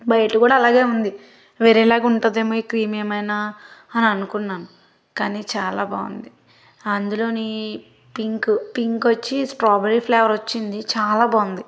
బయట కూడా అలాగే ఉంది వేరేలాగ ఉంటదేమో ఈ క్రీమ్ ఏమైనా అని అనుకున్నాను కానీ చాలా బాగుంది అందులోని పింకు పింక్ వచ్చి స్ట్రాబెరీ ఫ్లేవర్ వచ్చింది చాలా బాగుంది